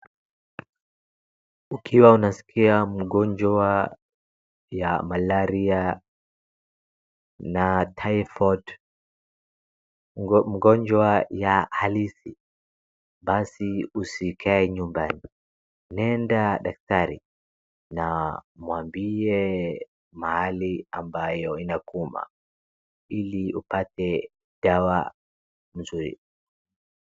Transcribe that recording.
Ukiwa unaskia mgonjwa wa Malaria na typhoid mgonjwa ya halisi basi usikae nyumbani nenda dakatari na mwambie mahali ambayo inakuuma ili upate dawa mzuri.